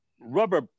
rubber